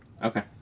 Okay